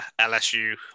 LSU